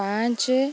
ପାଞ୍ଚ